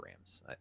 Rams